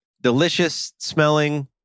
delicious-smelling